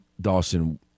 Dawson